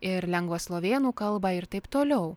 ir lengvą slovėnų kalbą ir taip toliau